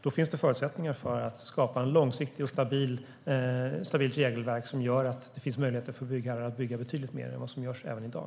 Då finns det förutsättningar för att skapa ett långsiktigt och stabilt regelverk som gör att det finns möjligheter för byggherrar att bygga betydligt mer än vad som görs även i dag.